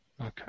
Okay